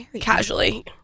Casually